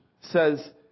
says